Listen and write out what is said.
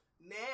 now